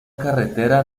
carretera